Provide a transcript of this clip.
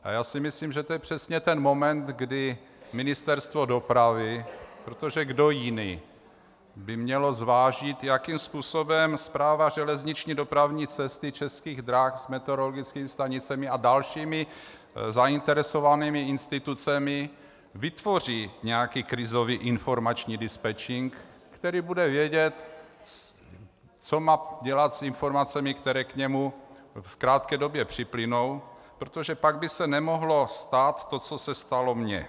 A já si myslím, že to je přesně ten moment, kdy Ministerstvo dopravy, protože kdo jiný by měl zvážit, jakým způsobem Správa železniční dopravní cesty Českých drah s meteorologickými stanicemi a dalšími zainteresovanými institucemi vytvoří nějaký krizový informační dispečink, který bude vědět, co má dělat s informacemi, které k němu v krátké době připlynou, protože pak by se nemohlo stát to, co se stalo mně.